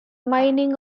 mining